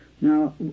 Now